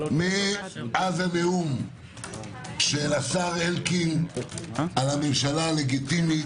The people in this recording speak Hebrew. מאז הנאום של השר אלקין על הממשלה הלגיטימית,